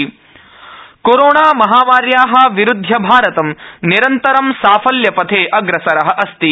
corona corona महामार्या विरुध्य भारतं निरन्तरं साफल्य पथे अग्रसर अस्ति